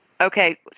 Okay